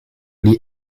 the